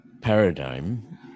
paradigm